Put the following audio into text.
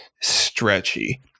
stretchy